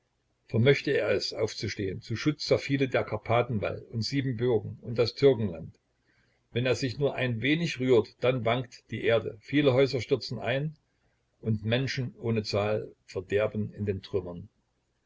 vermöchte er es aufzustehen zu schutt zerfiele der karpathenwall und siebenbürgen und das türkenland wenn er sich nur ein wenig rührt dann wankt die erde viele häuser stürzen ein und menschen ohne zahl verderben in den trümmern